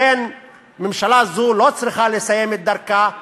לכן ממשלה זו לא צריכה לסיים את דרכה,